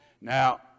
Now